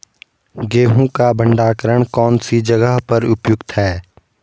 गेहूँ का भंडारण कौन सी जगह पर उपयुक्त है?